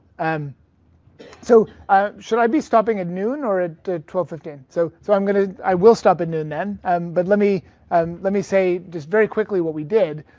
um so ah should i be stopping at noon or at twelve fifteen? so so um i will stop at noon then and but let me and let me say just very quickly what we did.